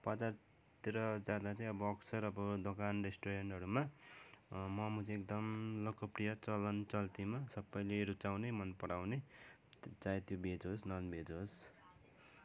बजारतिर जाँदा चाहिँ अब अक्सर अब दोकान रेस्टुरेन्टहरूमा मोमो चाहिँ एकदम लोकप्रिय चलन चल्तीमा सबैले रुचाउने मन पराउने चाहे त्यो भेज होस् नन भेज होस्